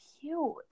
cute